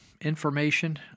information